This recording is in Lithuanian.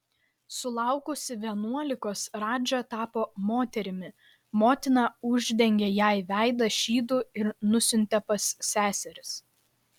sulaukusi vienuolikos radža tapo moterimi motina uždengė jai veidą šydu ir nusiuntė pas seseris